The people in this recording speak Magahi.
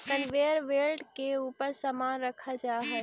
कनवेयर बेल्ट के ऊपर समान रखल जा हई